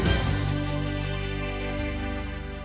Дякую